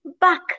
back